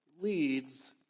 leads